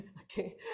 Okay